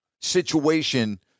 situation